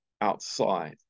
outside